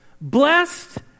Blessed